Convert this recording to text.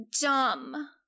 dumb